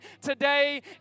today